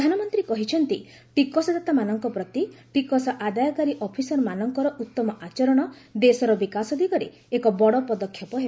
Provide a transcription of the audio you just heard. ପ୍ରଧାନମନ୍ତ୍ରୀ କହିଛନ୍ତି ଟିକସଦାତାମାନଙ୍କ ପ୍ତି ଟିକସ ଆଦାୟକାରୀ ଅଫିସରମାନଙ୍କର ଉତ୍ତମ ଆଚରଣ ଦେଶର ବିକାଶ ଦିଗରେ ଏକ ବଡ଼ ପଦକ୍ଷେପ ହେବ